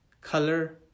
color